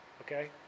okay